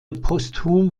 posthum